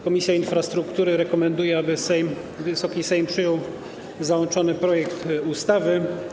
Komisja Infrastruktury rekomenduje, aby Wysoki Sejm przyjął załączony projekt ustawy.